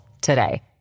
today